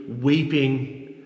weeping